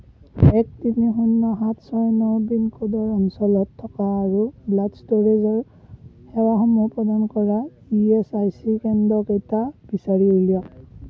এক তিনি শূন্য সাত ছয় ন পিনক'ডৰ অঞ্চলত থকা আৰু ব্লাড ষ্টোৰেজৰ সেৱাসমূহ প্ৰদান কৰা ই এছ আই চি কেন্দ্ৰকেইটা বিচাৰি উলিয়াওক